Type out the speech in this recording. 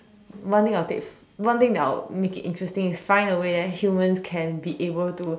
one thing I'll take f~ one thing that I'll make it interesting is find a way that humans can be able to